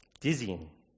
dizzying